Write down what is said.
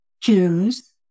Jews